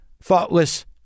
Thoughtless